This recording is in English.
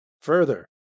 Further